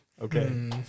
Okay